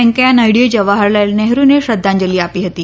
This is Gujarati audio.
વૈંકેયા નાયડુએ જવાહરલાલ નહેરુને શ્રદ્ધાંજલિ આપી હતી